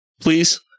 please